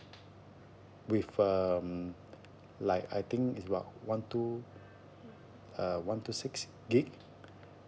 with um like I think is about one two uh one two six gig